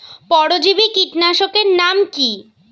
পরজীবী কীটনাশকের নাম কি?